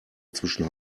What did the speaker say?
zwischen